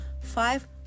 five